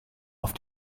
auf